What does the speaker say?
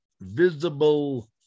visible